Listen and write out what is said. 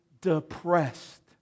depressed